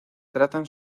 tratan